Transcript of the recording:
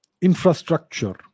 infrastructure